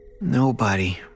Nobody